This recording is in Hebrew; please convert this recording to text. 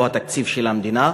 או התקציב של המדינה,